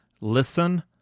listen